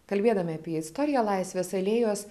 kalbėdami apie istoriją laisvės alėjos